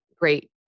great